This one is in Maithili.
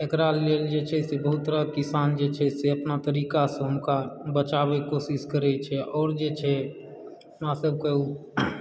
एकरा लेल जे छै से बहुत तरहकेँ किसान जे छै से अपना तरीकासँ हुनका बचावयके कोशिश करैत छै आओर जे छै हमरा सभकेँ ओ